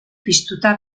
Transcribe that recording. piztuta